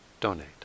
donate